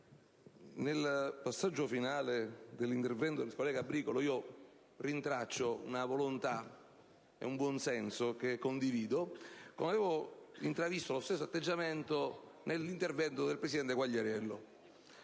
nel passaggio finale dell'intervento del collega Bricolo rintraccio una volontà e un buonsenso che condivido e che ho intravisto anche nell'intervento del presidente Quagliariello.